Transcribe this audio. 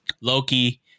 Loki